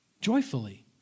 joyfully